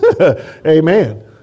Amen